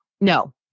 no